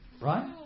Right